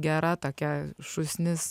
gera tokia šūsnis